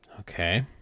Okay